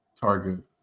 target